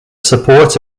support